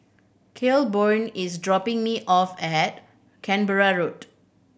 Claiborne is dropping me off at Canberra Road